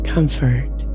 Comfort